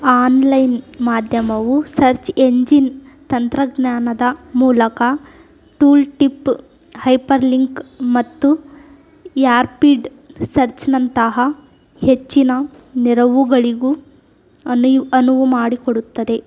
online ಮಾಧ್ಯಮವು search engine ತಂತ್ರಜ್ಞಾನದ ಮೂಲಕ ಟೂಲ್ಟಿಪ್ ಹೈಪರ್ಲಿಂಕ್ ಮತ್ತು ಯಾರ್ಪಿಡ್ ಸರ್ಚ್ನಂತಹ ಹೆಚ್ಚಿನ ನೆರವುಗಳಿಗೂ ಅನಿವ್ ಅನುವು ಮಾಡಿಕೊಡುತ್ತದೆ